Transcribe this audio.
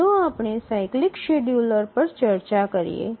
ચાલો આપણે cyclic scheduler પર ચર્ચા કરીએ